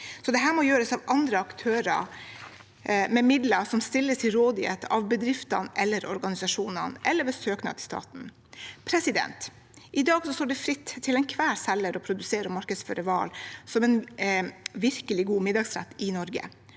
Dette må gjøres av andre aktører med midler som stilles til rådighet av bedriftene eller organisasjonene eller ved søknad til staten. I dag står enhver selger fritt til å produsere og markedsføre hval som en virkelig god middagsrett i Norge.